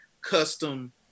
custom